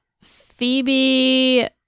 phoebe